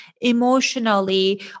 emotionally